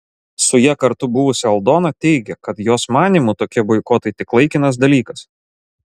su ja kartu buvusi aldona teigė kad jos manymu tokie boikotai tik laikinas dalykas